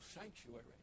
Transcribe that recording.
sanctuary